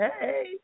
Hey